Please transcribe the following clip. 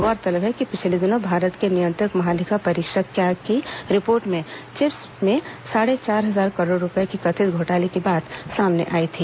गौरतलब है कि पिछले दिनों भारत के नियंत्रक महालेखा परीक्षक कैग की रिपोर्ट में चिप्स में साढ़े चार हजार करोड़ रूपए के कथित घोटाले की बात सामने आई थी